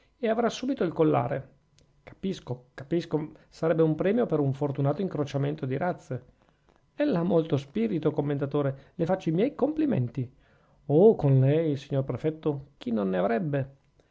e avrà subito il collare capisco capisco sarebbe un premio per un fortunato incrociamento di razze ella ha molto spirito commendatore le faccio i miei complimenti oh con lei signor prefetto chi non ne avrebbe